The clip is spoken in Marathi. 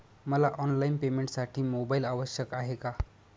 मला ऑनलाईन पेमेंटसाठी मोबाईल आवश्यक आहे का?